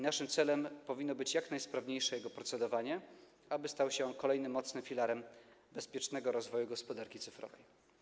Naszym celem powinno być jak najsprawniejsze procedowanie, aby stał się on kolejnym mocnym filarem bezpiecznego rozwoju gospodarki cyfrowej.